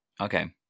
Okay